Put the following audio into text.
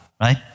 Right